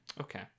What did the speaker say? okay